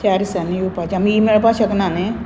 चार दिसांनी येवपाचीं आमी ही मेळपाक शकना न्ही